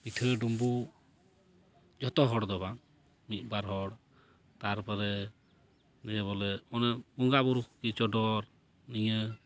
ᱯᱤᱴᱷᱟᱹ ᱰᱩᱢᱵᱩᱜ ᱡᱚᱛᱚ ᱦᱚᱲᱫᱚ ᱵᱟᱝ ᱢᱤᱫᱼᱵᱟᱨ ᱦᱚᱲ ᱛᱟᱨᱯᱚᱨᱮ ᱡᱮ ᱵᱚᱞᱮ ᱚᱱᱮ ᱵᱚᱸᱜᱟ ᱵᱩᱨᱩ ᱠᱚᱜᱮ ᱪᱚᱰᱚᱨ ᱱᱤᱭᱟᱹ